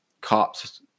cops